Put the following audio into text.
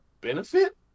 benefit